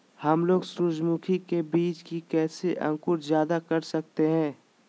हमलोग सूरजमुखी के बिज की कैसे अंकुर जायदा कर सकते हैं?